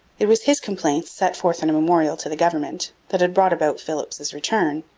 it was his complaints, set forth in a memorial to the government, that had brought about philipps's return.